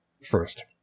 first